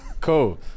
Cool